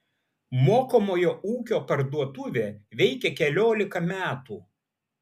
mokomojo ūkio parduotuvė veikia keliolika metų